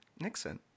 Nixon